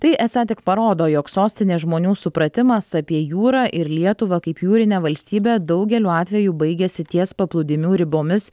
tai esą tik parodo jog sostinės žmonių supratimas apie jūrą ir lietuvą kaip jūrinę valstybę daugeliu atvejų baigiasi ties paplūdimių ribomis